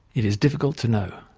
it is difficult to know.